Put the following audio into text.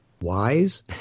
wise